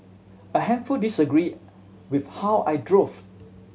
a handful disagreed with how I drove